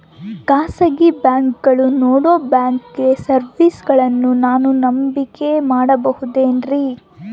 ಖಾಸಗಿ ಬ್ಯಾಂಕುಗಳು ನೇಡೋ ಬ್ಯಾಂಕಿಗ್ ಸರ್ವೇಸಗಳನ್ನು ನಾನು ನಂಬಿಕೆ ಮಾಡಬಹುದೇನ್ರಿ?